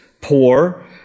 poor